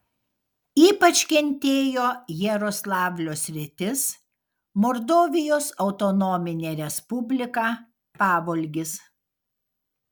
ypač kentėjo jaroslavlio sritis mordovijos autonominė respublika pavolgis